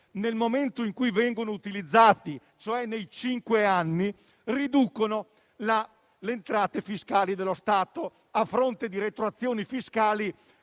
nel momento in cui vengono utilizzati, cioè nei cinque anni, le entrate fiscali dello Stato, a fronte di retroazioni fiscali